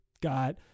got